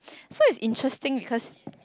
so it's interesting because